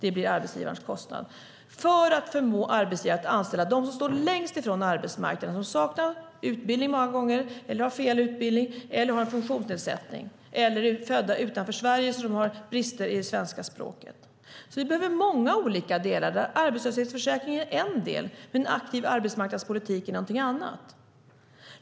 Det blir arbetsgivarens kostnad för att förmå arbetsgivare att anställa dem som står längst ifrån arbetsmarknaden och många gånger saknar utbildning eller har fel utbildning, har en funktionsnedsättning eller är födda utanför Sverige och därför har brister i svenska språket.